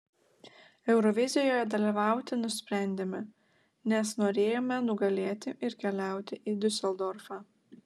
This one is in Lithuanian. eurovizijoje dalyvauti nusprendėme nes norėjome nugalėti ir keliauti į diuseldorfą